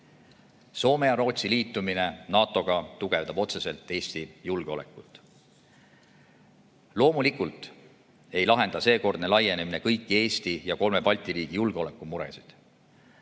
Soome ja Rootsi liitumine NATO-ga tugevdab otseselt Eesti julgeolekut. Loomulikult ei lahenda seekordne laienemine kõiki Eesti ja kolme Balti riigi julgeolekumuresid.